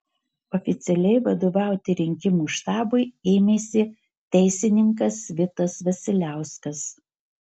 oficialiai vadovauti rinkimų štabui ėmėsi teisininkas vitas vasiliauskas